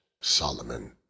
Solomon